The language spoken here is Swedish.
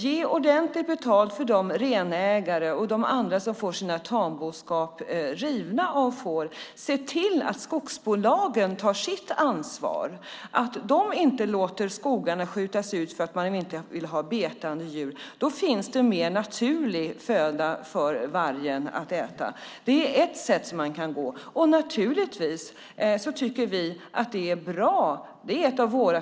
Ge ordentligt betalt till renägare och andra som får sin tamboskap riven av varg. Se till att skogsbolagen tar sitt ansvar och inte låter skogarna skjutas ut för att man inte vill ha betande djur. Då finns det mer naturlig föda för vargen att äta. Detta är några vägar man kan gå, och naturligtvis tycker vi att det är bra att man underlättar för varg att invandra.